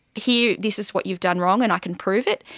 here, this is what you've done wrong and i can prove it',